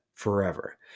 forever